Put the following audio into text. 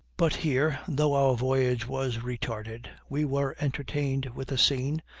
but here, though our voyage was retarded, we were entertained with a scene,